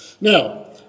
Now